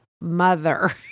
mother